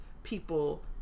people